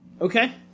Okay